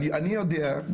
אבל אני יודע,